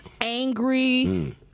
Angry